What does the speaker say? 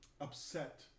upset